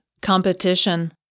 Competition